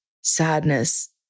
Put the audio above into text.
sadness